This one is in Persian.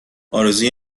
آرزوی